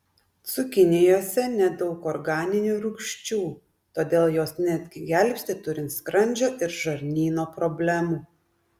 cukinijose nedaug organinių rūgčių todėl jos netgi gelbsti turint skrandžio ir žarnyno problemų